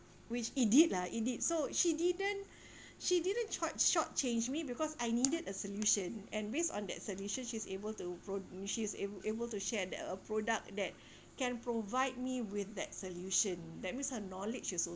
which it did lah it did so she didn't she didn't charge short-change me because I needed a solution and based on that solution she's able to pro~ she is able to share that a product that can provide me with that solution that means her knowledge is al~